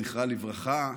זכרה לברכה,